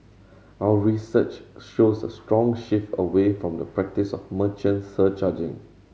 our research shows a strong shift away from the practice of merchant surcharging